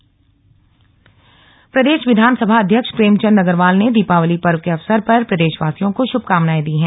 दीपावली शुभकामनाएं प्रदेश विधानसभा अध्यक्ष प्रेमचंद अग्रवाल ने दीपावली पर्व के अवसर पर प्रदेशवासियों को श्भकामनाएं दी हैं